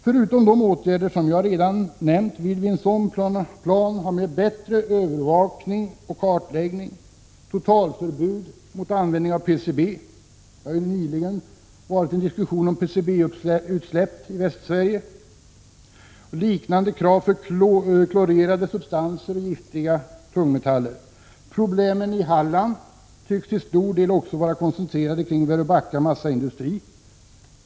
Förutom de åtgärder jag redan nämnt vill vi i en sådan plan ha en bättre övervakning och kartläggning, totalförbud mot användning av PCB — det har nyligen förts en diskussion om PCB-utsläpp i Västsverige. Vi anför liknande krav för klorerade substanser och giftiga tungmetaller. Problemen i Halland tycks till stor del vara koncentrerade kring Väröbacka massaindustri.